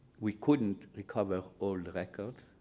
we couldn't recover all the records,